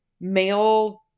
male